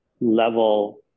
level